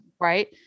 right